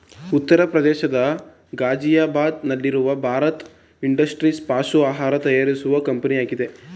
ಉತ್ತರ ಪ್ರದೇಶದ ಗಾಜಿಯಾಬಾದ್ ನಲ್ಲಿರುವ ಭಾರತ್ ಇಂಡಸ್ಟ್ರೀಸ್ ಪಶು ಆಹಾರ ತಯಾರಿಸುವ ಕಂಪನಿಯಾಗಿದೆ